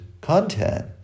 content